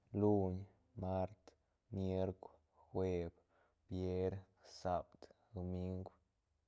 Luñ, mart, mierk, jueb, vier, saab, domiuk.